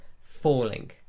falling